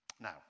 Now